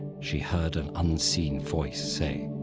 she heard an unseen voice say.